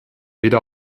weder